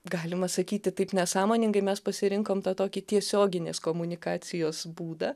galima sakyti taip nesąmoningai mes pasirinkom tą tokį tiesioginės komunikacijos būdą